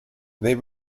they